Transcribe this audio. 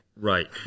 Right